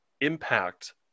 impact